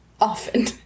often